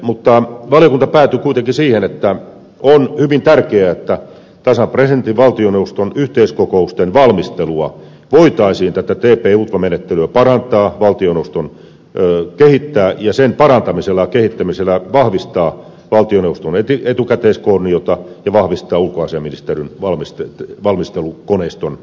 mutta valiokunta päätyi kuitenkin siihen että on hyvin tärkeää että tasavallan presidentin ja valtioneuvoston yhteiskokousten valmistelua tätä tp utva menettelyä voitaisiin parantaa ja sen parantamisella ja kehittämisellä vahvistaa valtioneuvoston etukäteiskoordinaatiota ja vahvistaa ulkoasiainministeriön valmistelukoneiston kautta